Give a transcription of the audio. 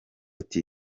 ati